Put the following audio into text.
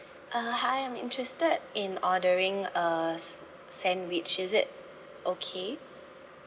uh hi I'm interested in ordering a s~ sandwich is it okay